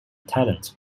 talent